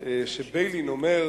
שביילין אומר,